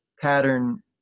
pattern